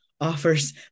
offers